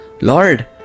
Lord